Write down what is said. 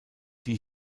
die